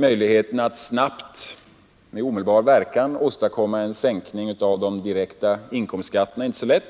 Möjligheterna att med omedelbar verkan åstadkomma en sänkning av de direkta inkomstskatterna är dock inte